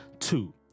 Two